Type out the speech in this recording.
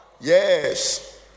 Yes